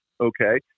Okay